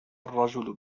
الرجل